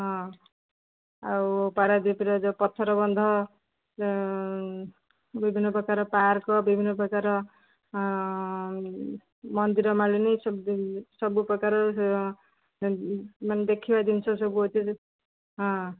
ହଁ ଆଉ ପାରାଦ୍ୱୀପର ଯୋଉ ପଥର ବନ୍ଧ ବିଭିନ୍ନ ପ୍ରକାର ପାର୍କ ବିଭିନ୍ନ ପ୍ରକାର ମନ୍ଦିର ମାଳିନୀ ସବୁପ୍ରକାର ମାନେ ଦେଖିବା ଜିନିଷ ସବୁ ଅଛି ହଁ